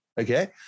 Okay